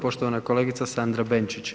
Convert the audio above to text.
Poštovana kolegica Sandra Benčić.